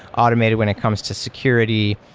automated when it comes to security.